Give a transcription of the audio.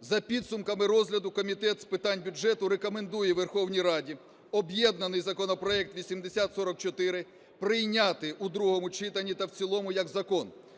За підсумками розгляду Комітет з питань бюджету рекомендує Верховній Раді об'єднаний законопроект 8044 прийняти в другому читанні та в цілому як закон